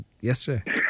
yesterday